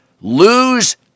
Lose